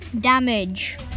Damage